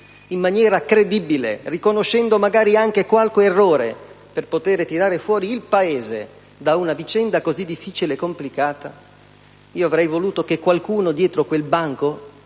in maniera credibile, riconoscendo magari qualche errore per tirare fuori l'Italia da una vicenda così difficile e complicata. Avrei voluto che qualcuno da dietro i banchi